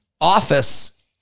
office